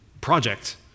project